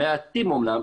מעטים אמנם,